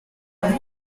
look